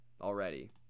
already